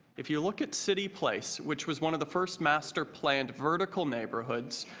if you look at city place, which was one of the first master planned vertical neighbourhoods,